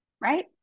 Right